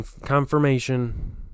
confirmation